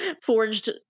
forged